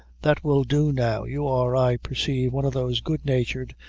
that will do, now. you are, i perceive, one of those good-natured,